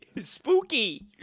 Spooky